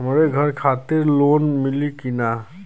हमरे घर खातिर लोन मिली की ना?